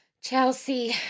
Chelsea